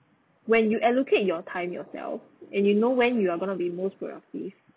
when you allocate your time yourself and you know when you're going to be most productive